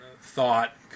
thought